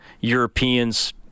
Europeans